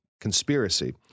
conspiracy